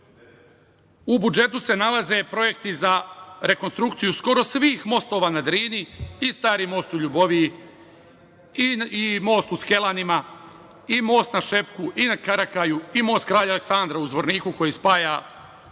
budžetu se nalaze projekti za rekonstrukciju skoro svih mostova na Drini, i stari most u Ljuboviji, i most u Skelanima, i most na Šepku, i na Karakaju i most Kralja Aleksandra u Zvorniku, koji spaja Zvornik